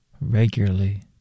regularly